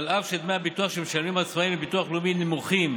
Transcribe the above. אף שדמי הביטוח שמשלמים העצמאים לביטוח לאומי נמוכים